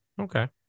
Okay